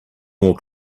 more